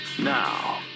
Now